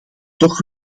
toch